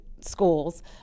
schools